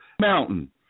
Mountain